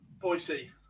Boise